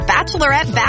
Bachelorette